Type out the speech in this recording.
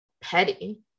petty